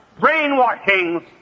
brainwashings